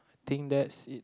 think that's it